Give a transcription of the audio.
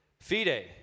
Fide